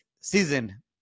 season